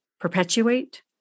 perpetuate